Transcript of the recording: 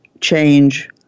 change